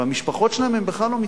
והמשפחות שלהם הן בכלל לא מצפת.